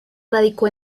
radicó